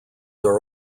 are